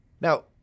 Now